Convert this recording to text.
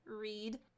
read